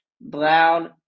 Brown